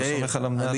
לא סומך על המנהלים?